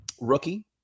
rookie